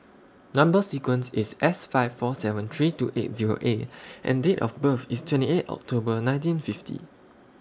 Number sequence IS S five four seven three two eight Zero A and Date of birth IS twenty eight October nineteen fifty